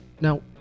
Now